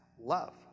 love